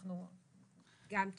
אלה